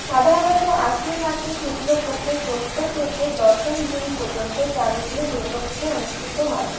সাধারণত আশ্বিন মাসের শুক্লপক্ষের ষষ্ঠ থেকে দশম দিন পর্যন্ত শারদীয়া দুর্গাপুজো অনুষ্ঠিত হয়